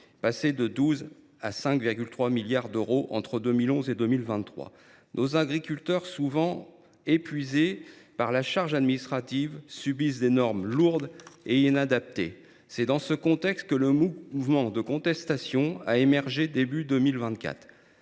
d’euros à 5,3 milliards entre 2011 et 2023. Nos agriculteurs, souvent épuisés par la charge administrative, ont encore à subir des normes lourdes et inadaptées. C’est dans ce contexte que le mouvement de contestation a émergé, début 2024.